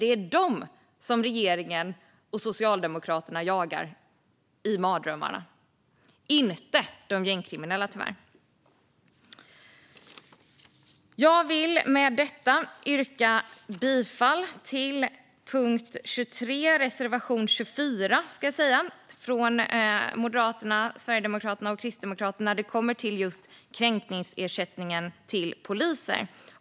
Det är dessa människor som regeringen och Socialdemokraterna jagar i mardrömmarna, inte de gängkriminella, tyvärr. Jag vill med detta yrka bifall till reservation 24, under punkt 23, från Moderaterna, Sverigedemokraterna och Kristdemokraterna om kränkningsersättning till poliser.